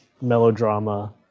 melodrama